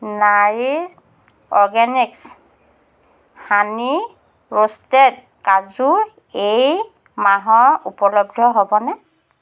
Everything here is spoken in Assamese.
Nourish Organics honey roasted kaju এই মাহৰ উপলব্ধ হ'বনে